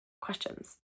questions